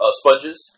sponges